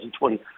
2020